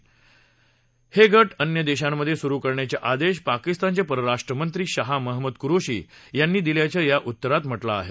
असे गट अन्य देशांमध्ये सुरु करण्याचे आदेश पाकिस्तानचे पस्राष्ट्रमंत्री शाह महमूद कुरेशी यांनी दिल्याचं या उत्तरात म्हटलं आहे